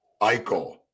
Eichel